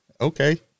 okay